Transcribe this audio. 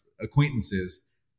acquaintances